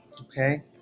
okay